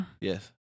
Yes